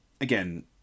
again